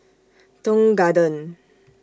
Tong Garden